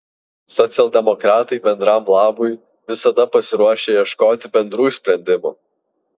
socialdemokratai bendram labui visada pasiruošę ieškoti bendrų sprendimų